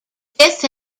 fifth